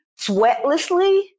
sweatlessly